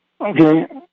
Okay